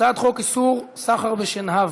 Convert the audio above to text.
הצעת חוק איסור סחר בשנהב,